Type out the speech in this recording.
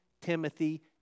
Timothy